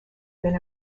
been